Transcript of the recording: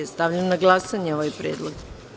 Stavljam na glasanje ovaj predlog.